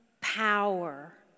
power